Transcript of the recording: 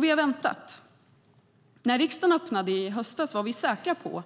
Vi har väntat. När riksdagen öppnade i höstas var vi säkra på